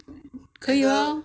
可以 lor